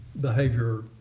behavior